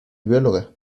bióloga